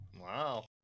Wow